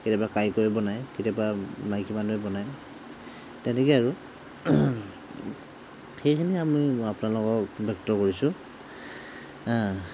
কেতিয়াবা কাৰিকৰে বনায় কেতিয়াবা মাইকীমানুহে বনায় তেনেকেই আৰু সেইখিনি আমি আপোনালোকক ব্যক্ত কৰিছোঁ